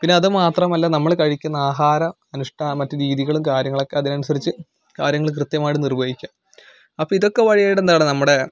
പിന്നെ അത് മാത്രമല്ല നമ്മൾ കഴിക്കുന്ന ആഹാര അനുഷ്ഠാ മറ്റ് രീതികളും കാര്യങ്ങളൊക്കെ അതിനനുസരിച്ച് കാര്യങ്ങൾ കൃത്യമായിട്ട് നിർവഹിക്കാം അപ്പം ഇതൊക്കെ വഴിയായിട്ട് എന്താണ് നമ്മുടെ